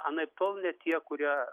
anaiptol ne tie kurie